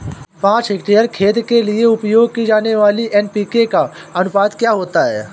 पाँच हेक्टेयर खेत के लिए उपयोग की जाने वाली एन.पी.के का अनुपात क्या होता है?